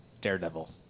Daredevil